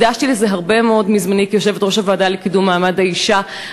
הקדשתי לזה הרבה מאוד מזמני כיושבת-ראש הוועדה לקידום מעמד האישה.